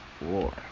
War